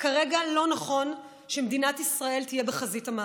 כרגע לא נכון שמדינת ישראל תהיה בחזית המאבק.